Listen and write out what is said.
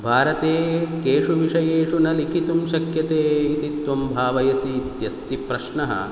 भारते केषु विषयेषु न लेखितुं शक्यते इति त्वं भावयसि इति प्रश्नः